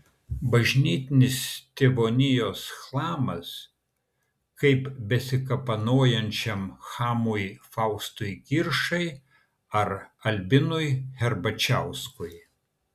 bažnytinis tėvonijos chlamas kaip besikapanojančiam chamui faustui kiršai ar albinui herbačiauskui